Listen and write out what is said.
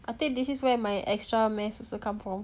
I think this is where my extra mass also come from